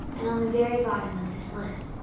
and on the very bottom of this list,